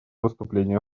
выступление